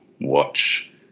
watch